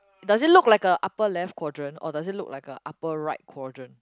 does it look like a upper left quadrant or does it look like a upper right quadrant